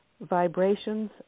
vibrations